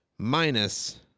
Minus